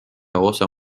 osa